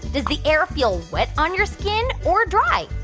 does the air feel wet on your skin or dry?